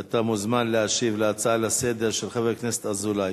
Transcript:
אתה מוזמן להשיב על ההצעה לסדר-היום של חבר הכנסת אזולאי.